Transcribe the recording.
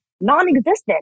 non-existent